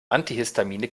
antihistamine